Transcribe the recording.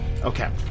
Okay